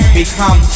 become